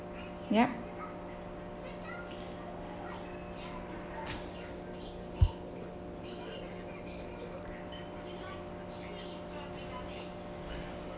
yup